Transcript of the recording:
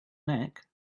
neck